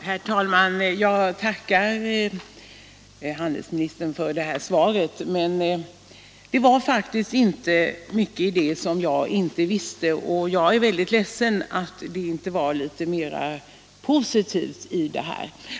Herr talman! Jag tackar handelsministern för svaret. Det var faktiskt inte mycket i det som jag inte visste, och jag är ledsen att det inte fanns litet mera positiva besked i svaret.